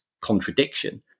contradiction